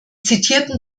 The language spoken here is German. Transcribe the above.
zitierten